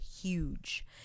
huge